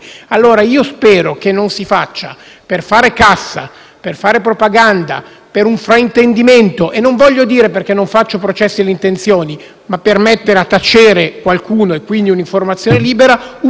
per fare cassa, per fare propaganda, per un fraintendimento e - non vorrei dirlo perché non faccio processi alle intenzioni - per mettere a tacere qualcuno, quindi un'informazione libera, non si faccia un danno alla struttura